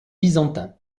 byzantin